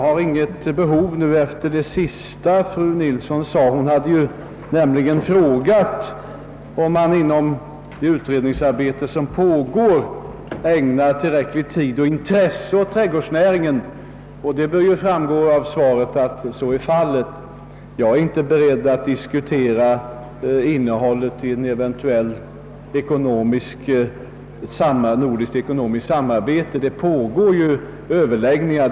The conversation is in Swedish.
Herr talman! Fru Nilsson hade frågat, om man inom det utredningsarbete som pågår ägnar tillräcklig tid och intresse åt trädgårdsnäringen. Det bör ju framgå av mitt svar att så är fallet. Jag är inte beredd att diskutera innehållet i ett eventuellt nordiskt ekonomiskt samarbete. Det pågår ju överläggningar.